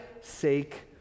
sake